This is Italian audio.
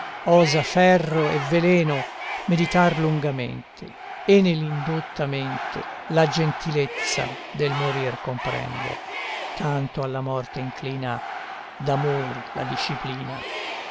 osa ferro e veleno meditar lungamente e nell'indotta mente la gentilezza del morir comprende tanto alla morte inclina d'amor la disciplina